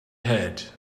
head